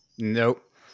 Nope